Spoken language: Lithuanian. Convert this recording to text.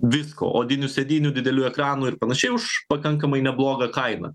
visko odinių sėdynių didelių ekranų ir panašiai už pakankamai neblogą kainą